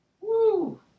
Woo